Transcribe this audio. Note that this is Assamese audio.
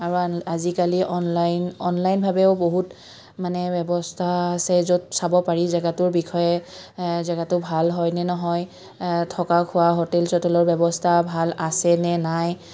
আৰু আজিকালি অনলাইন অনলাইনভাৱেও বহুত মানে ব্যৱস্থা আছে য'ত চাব পাৰি জেগাটোৰ বিষয়ে জেগাটো ভাল হয়নে নহয় থকা খোৱা হোটেল চোটেলৰ ব্যৱস্থা ভাল আছেনে নাই